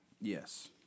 yes